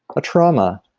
a trauma,